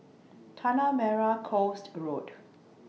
Tanah Merah Coast Road